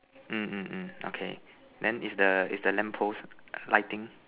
mm mm mm okay then is the is the lamp post lighting